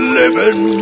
living